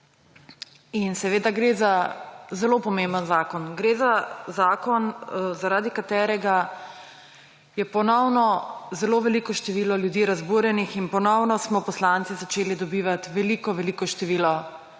Seveda gre za zelo pomemben zakon. Gre za zakon, zaradi katerega je ponovno zelo veliko število ljudi razburjenih in ponovno smo poslanci začeli dobivati zelo veliko število